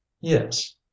Yes